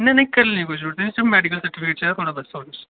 नी कल्ले नी दी कोई जरूरत नि मेडिकल सर्टिफिकेट चाहिदा थुआढ़ा होर किश नेईं बस